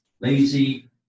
lazy